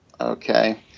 Okay